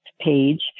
page